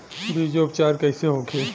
बीजो उपचार कईसे होखे?